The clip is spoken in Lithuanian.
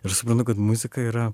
ir aš suprantu kad muzika yra